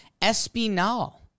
Espinal